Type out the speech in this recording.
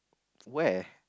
where